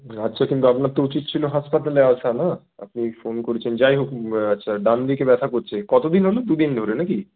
আচ্ছা কিন্তু আপনার তো উচিৎ ছিলো হাসপাতালে আসা না আপনি ফোন করেছেন যাই হোক আচ্ছা ডানদিকে ব্যথা করছে কতদিন হল দুদিন ধরে নাকি